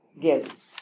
give